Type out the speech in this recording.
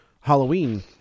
Halloween